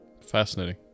fascinating